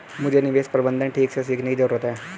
मुझे निवेश प्रबंधन ठीक से सीखने की जरूरत है